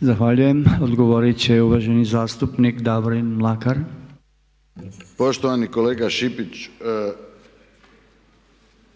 Zahvaljujem. Odgovorit će uvaženi zastupnik Davorin Mlakar. **Mlakar, Davorin (HDZ)** Poštovani kolega Šipić,